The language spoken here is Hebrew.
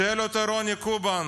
שואל אותו רוני קובן: